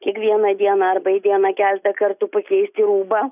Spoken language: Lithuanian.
kiekvieną dieną arba į dieną keltą kartų pakeisti rūbą